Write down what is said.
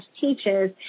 teaches